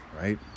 right